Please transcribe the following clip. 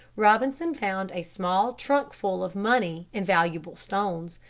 robinson found a small trunk full of money and valuable stones.